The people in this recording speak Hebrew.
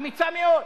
אמיצה מאוד,